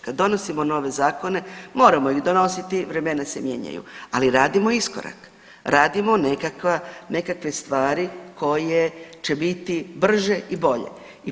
Kad donosimo nove zakone moramo ih donositi vremena se mijenjaju, ali radimo iskorak, radimo nekakve stvari koje će biti brže i bolje.